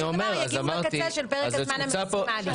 של דבר יגיעו לקצה של פרק הזמן המקסימלי.